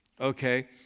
Okay